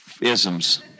isms